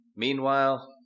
Meanwhile